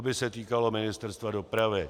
To by se týkalo Ministerstva dopravy.